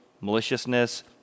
maliciousness